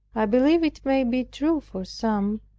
i believe it may be true for some,